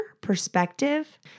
perspective